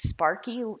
Sparky